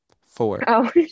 four